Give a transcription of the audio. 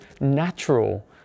natural